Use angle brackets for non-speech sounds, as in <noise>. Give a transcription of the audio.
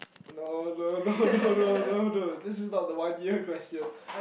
no no <laughs> no no no no no this is not the one year question